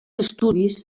estudis